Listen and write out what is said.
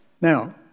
Now